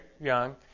young